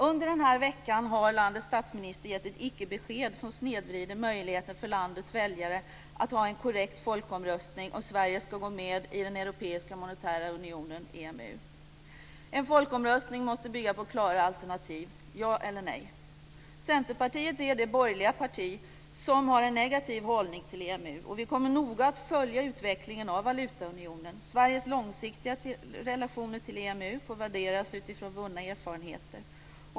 Under denna vecka har landets statsminister gett ett icke-besked som snedvrider möjligheten för landets väljare att ha en korrekt folkomröstning om Sverige ska gå med i Europeiska monetära unionen, EMU. En folkomröstning måste bygga på klara alternativ - ja eller nej. Centerpartiet är det borgerliga parti som har en negativ hållning till EMU. Vi kommer noga att följa utvecklingen av valutaunionen. Sveriges långsiktiga relationer till EMU får värderas utifrån vunna erfarenheter.